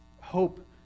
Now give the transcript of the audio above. hope